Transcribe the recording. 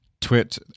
Twit